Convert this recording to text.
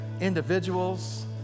individuals